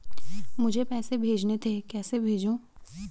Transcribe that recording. मुझे पैसे भेजने थे कैसे भेजूँ?